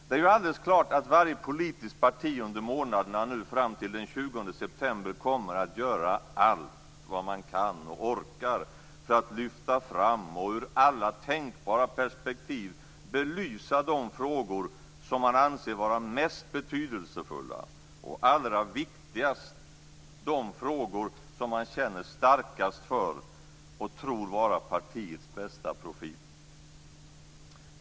Det är alldeles klart att varje politiskt parti under månaderna fram till den 20 september kommer att göra allt vad man kan och orkar för att lyfta fram och ur alla tänkbara perspektiv belysa de frågor som man anser vara mest betydelsefulla och allra viktigast, de frågor som man känner starkast för och tror vara partiets bästa profil.